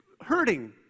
hurting